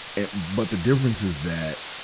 and but the difference is that,